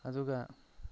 ꯑꯗꯨꯒ